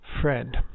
friend